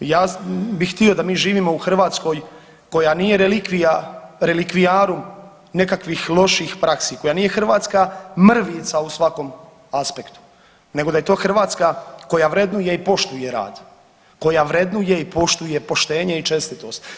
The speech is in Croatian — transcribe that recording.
Ja bih htio da mi živimo u Hrvatskoj koja nije relikvija relikvijarum nekakvih loših praksi, koja nije Hrvatska mrvica u svakom aspektu, nego da je to Hrvatska koja vrednuje i poštuje rad, koja vrednuje i poštuje poštenje i čestitost.